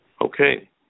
Okay